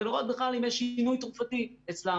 ולראות בכלל אם יש שינוי תרופתי אצלם.